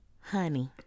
Honey